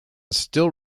still